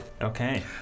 Okay